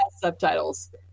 subtitles